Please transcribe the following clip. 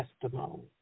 testimony